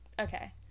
okay